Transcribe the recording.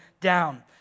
down